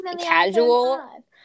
casual